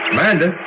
Amanda